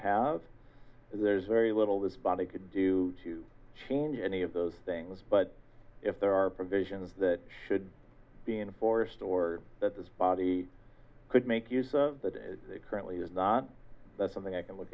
is there's very little this body could do to change any of those things but if there are provisions that should be enforced or that this body could make use of that currently is not something i can look